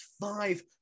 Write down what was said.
five